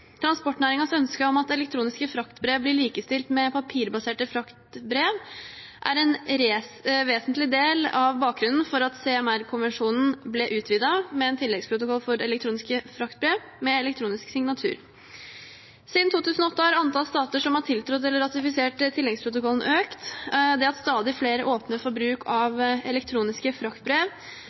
Transportnæringens ønske om at elektroniske fraktbrev blir likestilt med papirbaserte, er en vesentlig del av bakgrunnen for at CMR-konvensjonen ble utvidet med en tilleggsprotokoll for elektroniske fraktbrev med elektronisk signatur. Siden 2008 har antall stater som har tiltrådt eller ratifisert tilleggsprotokollen, økt. Det at stadig flere åpner for bruk av elektroniske fraktbrev,